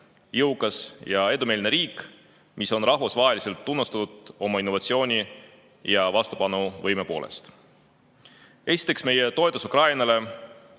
jõukas ja edumeelne riik, mis on rahvusvaheliselt tunnustatud oma innovatsiooni ja vastupanuvõime poolest. Esiteks, meie toetus Ukrainale